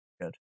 Good